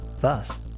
Thus